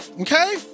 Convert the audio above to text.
Okay